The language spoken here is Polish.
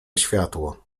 światło